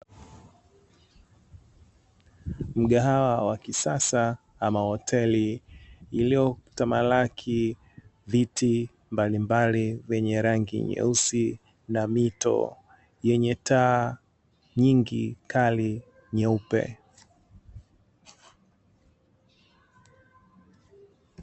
Mgahawa wa kisasa ama hoteli lililotamalaki viti mbalimbali, venye rangi nyeusi na mito yenye rangi kali nyeupe.